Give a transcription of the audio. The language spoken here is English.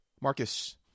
marcus